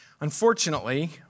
Unfortunately